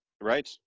Right